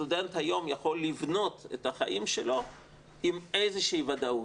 סטודנט היום יכול לבנות את החיים שלו עם איזה שהיא ודאות.